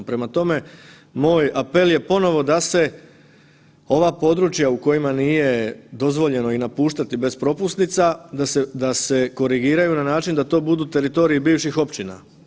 Prema tome, moj apel je ponovo da se ova područja u kojima nije dozvoljeno i napuštati bez propusnica da se, da se korigiraju na način da to budu teritoriji bivših općina.